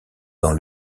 dans